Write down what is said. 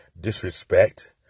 disrespect